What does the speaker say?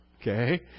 Okay